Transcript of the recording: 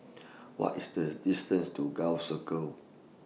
What IS The distance to Gul Circle